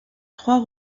trois